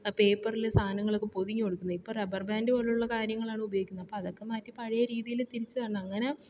ആ പേപ്പറിൽ സാധനങ്ങളൊക്കെ പൊതിഞ്ഞ് കൊടുക്കുന്നത് ഇപ്പോൾ റബർ ബാൻഡ് പോലെയുള്ള കാര്യങ്ങളാണ് ഉപയോഗിക്കുന്നത് അപ്പം അതൊക്കെ മാറ്റി പഴയ രീതിയിൽ തിരിച്ച് വരണം അങ്ങനെ